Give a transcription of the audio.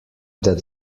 that